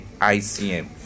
ICM